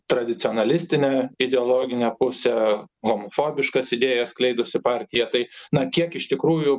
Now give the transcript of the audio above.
tradicionalistinę ideologinę pusę homofobiškas idėjas skleidusi partija tai na kiek iš tikrųjų